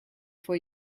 for